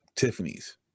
Tiffany's